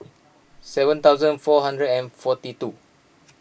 seven thousand four hundred and forty two